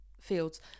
fields